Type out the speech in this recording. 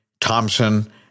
Thompson